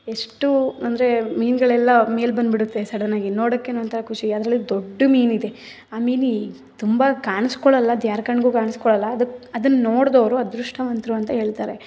ಎಷ್ಟು ಅಂದರೆ ಮೀನುಗಳೆಲ್ಲ ಮೇಲ್ಬಂದ್ಬಿಡುತ್ತೆ ಸಡನ್ನಾಗಿ ನೋಡಕ್ಕೆ ಏನೋ ಒಂಥರ ಖುಷಿ ಅದರಲ್ಲಿ ದೊಡ್ಡ ಮೀನಿದೆ ಆ ಮೀನು ತುಂಬ ಕಾಣ್ಸ್ಕೊಳ್ಳೋಲ್ಲ ಅದು ಯಾರ ಕಣ್ಣಿಗೂ ಕಾಣ್ಸ್ಕೊಳ್ಳೋಲ್ಲ ಅದು ಅದನ್ನ ನೋಡಿದವ್ರು ಅದೃಷ್ಟವಂತರು ಅಂತ ಹೇಳ್ತಾರೆ